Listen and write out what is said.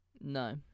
No